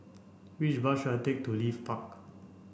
which bus should I take to Leith Park